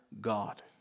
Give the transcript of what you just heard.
god